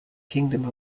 kingdom